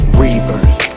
rebirth